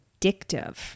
addictive